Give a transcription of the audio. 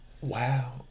Wow